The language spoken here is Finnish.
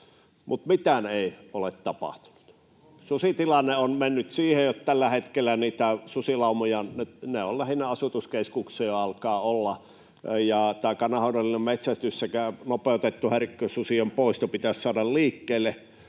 Mutta mitään ei ole tapahtunut. Susitilanne on mennyt siihen, että tällä hetkellä niitä susilaumoja alkaa olla lähinnä asutuskeskuksissa, ja tämä kannanhoidollinen metsästys sekä nopeutettu häirikkösusien poisto pitäisi saada liikkeelle.